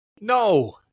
No